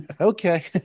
okay